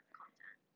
content